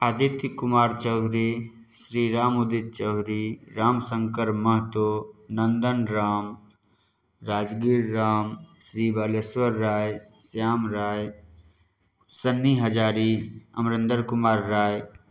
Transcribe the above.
Aditya Kumar Chaudhary Shriram Udit Chaudhary Ram Shankar Mahato Nandan Ram Rajgir Ram Shri Baleshwar Rai Shyam Rai Sunny Hazari Amrender Kumar Rai